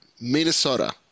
Minnesota